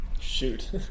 Shoot